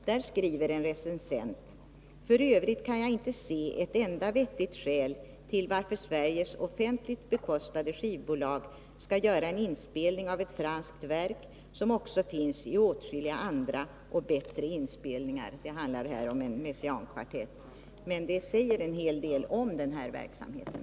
Där skriver en recensent: ”För övrigt kan jag inte se ett enda vettigt skäl till varför Sveriges offentligt bekostade skivbolag ska göra en inspelning av ett franskt verk, som också finns i åtskilliga andra — och bättre inspelningar.” Detta handlar om en Messiaen-kvartett, men det säger en hel del om den här verksamheten.